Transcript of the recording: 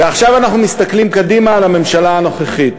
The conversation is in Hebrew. ועכשיו אנחנו מסתכלים קדימה על הממשלה הנוכחית